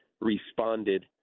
responded